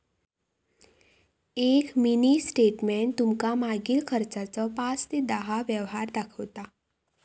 एक mini statement तुमका मागील खर्चाचो पाच ते दहा व्यवहार दाखवता